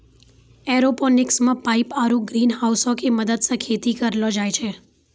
aeroponics मे pipe आरु ग्रीनहाउसो के मदत से खेती करलो जाय छै